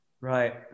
right